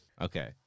Okay